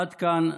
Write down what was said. עד כאן,